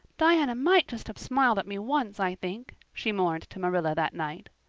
diana might just have smiled at me once, i think, she mourned to marilla that night.